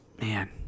man